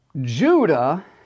Judah